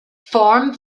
form